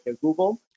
Google